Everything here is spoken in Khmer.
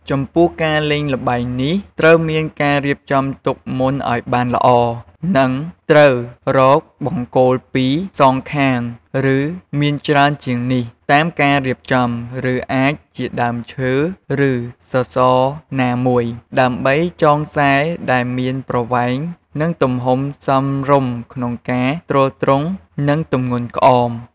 ចំពោះការលេងល្បែងនេះ ត្រូវមានការរៀបចំទុកមុនឱ្យបានល្អ និងត្រូវរកបង្គោល២សងខាងឬមានច្រើនជាងនេះតាមការរៀបចំ ឬអាចជាដើមឈើ ឬសសរណាមួយ ដើម្បីចងខ្សែដែលមានប្រវែង និងទំហំសមរម្យក្នុងការទ្រទ្រង់នឹងទម្ងន់ក្អម។